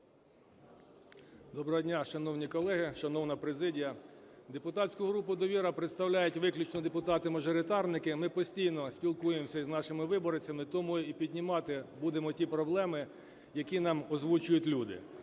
Доброго дня, шановні колеги, шановна президія. Депутатську групу "Довіра" представляють виключно депутати-мажоритарники. Ми постійно спілкуємося із нашими виборцями, тому і піднімати будемо ті проблеми, які нам озвучують люди.